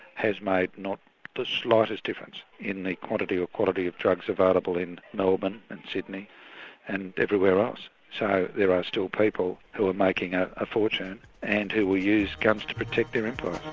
has made not the slightest difference in the quantity or quality of drugs available in melbourne and sydney and everywhere else. so there are still people who are making a ah fortune and who will use guns to protect their empires.